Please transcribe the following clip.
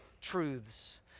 truths